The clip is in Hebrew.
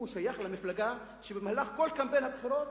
הוא שייך למפלגה שבמהלך כל קמפיין הבחירות